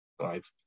right